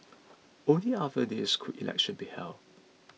only after this could elections be held